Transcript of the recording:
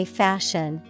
fashion